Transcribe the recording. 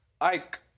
Ike